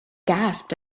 gasped